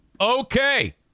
Okay